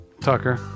Tucker